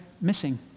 missing